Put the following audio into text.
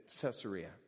Caesarea